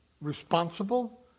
responsible